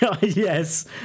Yes